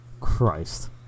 Christ